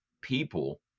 people